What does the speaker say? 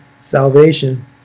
salvation